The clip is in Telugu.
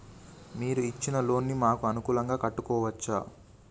మీరు ఇచ్చిన లోన్ ను మాకు అనుకూలంగా కట్టుకోవచ్చా?